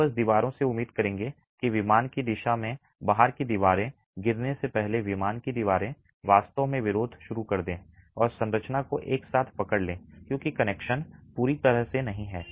आप बस दीवारों से उम्मीद करेंगे कि विमान की दिशा में बाहर की दीवारें गिरने से पहले विमान की दीवारें वास्तव में विरोध शुरू कर दें और संरचना को एक साथ पकड़ लें क्योंकि कनेक्शन पूरी तरह से नहीं हैं